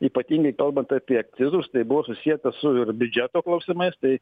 ypatingai kalbant apie akcizus tai buvo susieta su biudžeto klausimais tai